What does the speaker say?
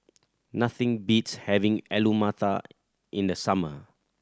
nothing beats having Alu Matar in the summer